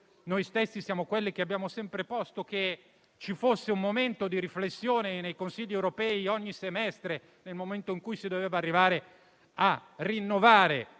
Noi stessi abbiamo sempre posto che ci fosse un momento di riflessione nei consigli europei ogni semestre, nel momento in cui si doveva arrivare a rinnovare